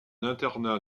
internat